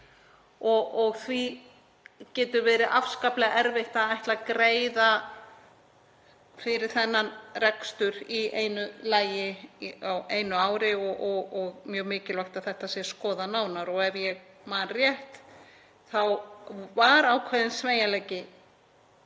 Því getur verið afskaplega erfitt að greiða fyrir þennan rekstur í einu lagi á einu ári og mjög mikilvægt að þetta verði skoðað nánar. Ef ég man rétt var ákveðinn sveigjanleiki